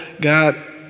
God